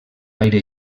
gaire